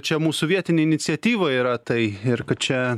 čia mūsų vietinė iniciatyva yra tai ir kad čia